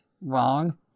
wrong